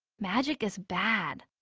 magic is bad.